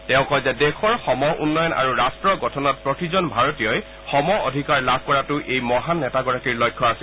তেওঁ কয় যে দেশৰ সম উন্নয়ন আৰু ৰাষ্ট গঠনত প্ৰতিজন ভাৰতীয়ই সম অধিকাৰ লাভ কৰাটো এই মহান নেতাগৰাকীৰ লক্ষ্য আছিল